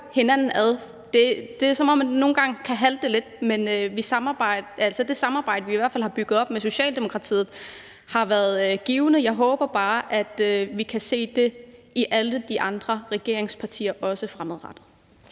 hinanden ad. Det er, som om det nogle gange kan halte lidt med det, men det samarbejde, vi i hvert fald har bygget op med Socialdemokratiet, har været givende. Jeg håber bare, at vi kan se det samme hos alle de andre regeringspartier fremadrettet.